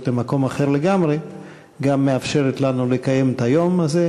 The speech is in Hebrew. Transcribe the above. למקום אחר לגמרי גם מאפשרת לנו לקיים את היום הזה,